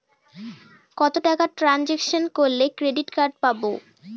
কত টাকা ট্রানজেকশন করলে ক্রেডিট কার্ড পাবো?